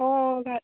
অঁ